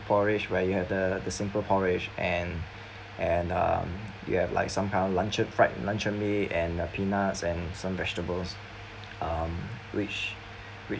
porridge where you the the simple porridge and and um you have like some kind of luncheon fried luncheon meat and peanuts and some vegetables um which